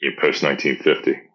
post-1950